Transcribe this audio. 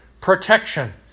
protection